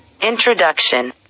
INTRODUCTION